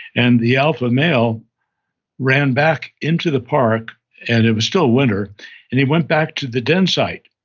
and the alpha male ran back into the park and it was still winter and he went back to the den site.